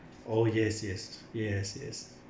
oh yes yes yes yes